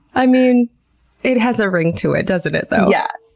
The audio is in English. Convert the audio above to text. i mean it has a ring to it, doesn't it, though? yeah.